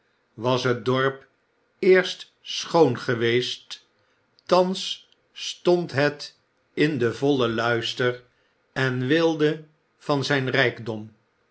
was het dorp eerst schoon geweest olivier twist thans stond het in den vollen luister en weelde van zijn rijkdom